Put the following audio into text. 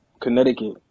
Connecticut